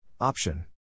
Option